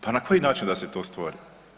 Pa na koji način da se to stvori?